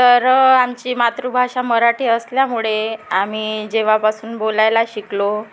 तर आमची मातृभाषा मराठी असल्यामुळे आम्ही जेव्हापासून बोलायला शिकलो